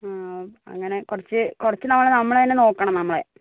അങ്ങനെ കുറച്ച് കുറച്ച് നമ്മൾ നമ്മൾ തന്നെ നോക്കണം നമ്മളെ